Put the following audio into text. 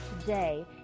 today